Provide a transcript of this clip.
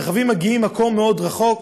הרכבים מגיעים ממקום מאוד רחוק.